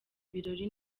ibirori